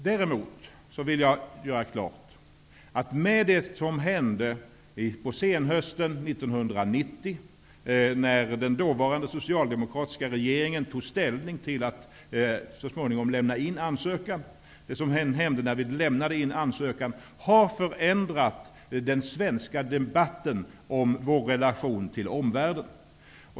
Däremot vill jag göra klart att det som hände på senhösten 1990, när den dåvarande socialdemokratiska regeringen tog ställning till att så småningom lämna in ansökan om EG medlemskap, och det som hände när vi lämnade in ansökan har förändrat den svenska debatten om vår relation till omvärlden.